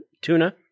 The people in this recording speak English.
tuna